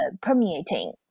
permeating